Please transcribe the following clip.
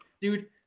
dude